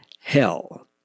hell